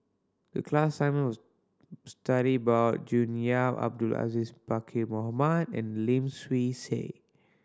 the class assignment was study about June Yap Abdul Aziz Pakkeer Mohamed and Lim Swee Say